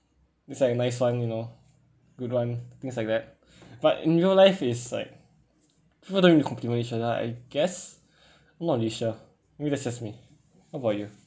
it's like a nice one you know good one things like that but in real life is like people don't really compliment each other I guess not really sure maybe that's just me how about you